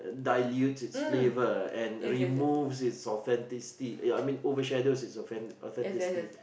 dilutes its flavour and remove its authenticity ya I mean over shadows it's a fan authenticity